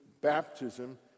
baptism